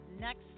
next